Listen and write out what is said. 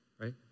Right